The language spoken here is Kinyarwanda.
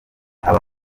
aba